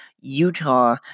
Utah